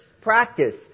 practice